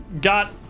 got